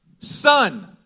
Son